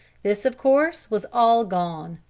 this of course was all gone.